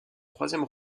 troisième